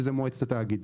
שזה מועצת התאגיד.